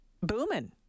booming